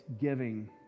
giving